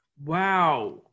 Wow